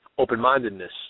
open-mindedness